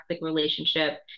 relationship